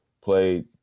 played